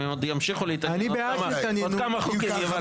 אז אם הם עוד ימשיכו להתעניין עוד כמה חוקים ייוולדו?